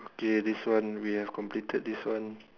okay this one we have completed this one